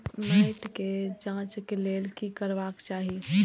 मैट के जांच के लेल कि करबाक चाही?